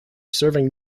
serving